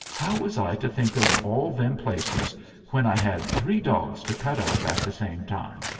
how was i to think of all them places when i had three dogs to cut up at the same time?